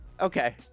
okay